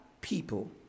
people